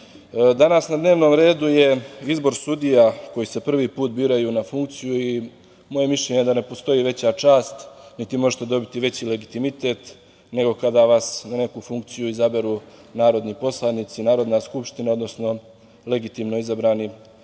na dnevnom redu je izbor sudija koji se prvi put biraju na funkciju. Moje mišljenje je da ne postoji veća čast, niti možete dobiti veći legitimitet nego kada vas na neku funkciju izaberu narodni poslanici, Narodna skupština, odnosno legitimno izabrani predstavnici